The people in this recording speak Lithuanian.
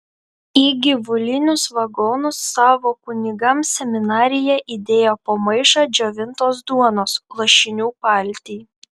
į gyvulinius vagonus savo kunigams seminarija įdėjo po maišą džiovintos duonos lašinių paltį